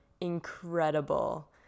incredible